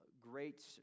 great